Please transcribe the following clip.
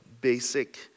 basic